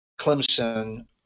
Clemson